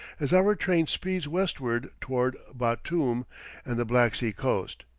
as our train speeds westward toward batoum and the black sea coast.